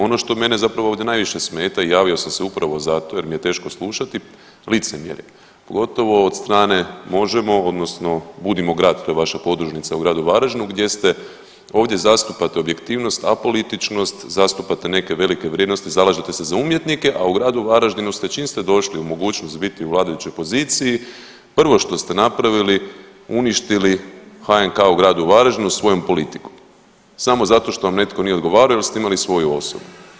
Ono što mene zapravo ovdje najviše smeta i javio sam se upravo zato jer mi je teško slušati licemjerje pogotovo od strane MOŽEMO odnosno Budimo grad, to je vaša podružnica u gradu Varaždinu gdje ste, ovdje zastupate objektivnost, apolitičnost, zastupate neke velike vrijednosti, zalažete se za umjetnike, a u gradu Varaždinu ste čim ste došli u mogućnost biti u vladajućoj poziciji prvo što ste napravili uništili HNK u gradu Varaždinu svojom politikom samo zato što vam netko nije odgovarao, jer ste imali svoju osobu.